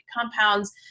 compounds